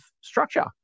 structure